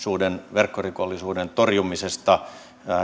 verkkorikollisuuden torjumisesta